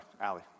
Allie